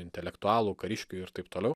intelektualų kariškių ir taip toliau